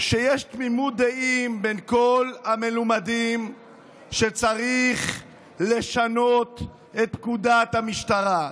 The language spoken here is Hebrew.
שיש תמימות דעים בין כל המלומדים שצריך לשנות את פקודת המשטרה,